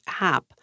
app